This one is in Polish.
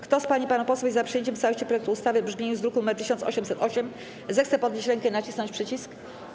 Kto z pań i panów posłów jest za przyjęciem w całości projektu ustawy w brzmieniu z druku nr 1808, zechce podnieść rękę i nacisnąć przycisk.